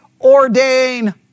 ordain